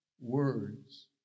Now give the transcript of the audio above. words